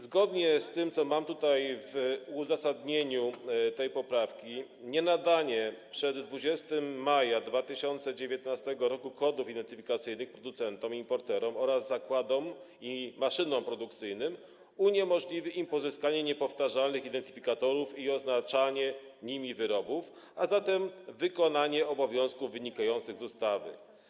Zgodnie z tym, co mam napisane w uzasadnieniu tej poprawki, nienadanie przed 20 maja 2019 r. kodów identyfikacyjnych producentom, importerom oraz zakładom i maszynom produkcyjnym uniemożliwi tym podmiotom pozyskanie niepowtarzalnych identyfikatorów i oznaczenie nimi wyrobów, a zatem wykonanie obowiązków wynikających z ustawy.